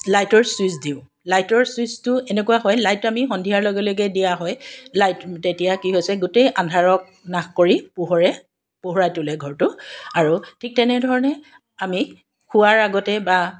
লাইটৰ ছুইচ দিওঁ লাইটৰ ছুইচটো এনেকুৱা হয় লাইট আমি সন্ধিয়াৰ লগে লগে দিয়া হয় লাইট তেতিয়া কি হৈছে গোটেই আন্ধাৰক নাশ কৰি পোহৰে পোহৰাই তোলে ঘৰটো আৰু ঠিক তেনেধৰণে আমি শোৱাৰ আগতে বা